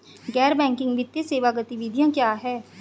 गैर बैंकिंग वित्तीय सेवा गतिविधियाँ क्या हैं?